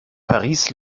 paris